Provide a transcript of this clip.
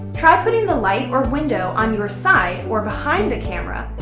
try putting the light or window on your side or behind the camera,